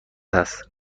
است